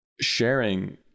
sharing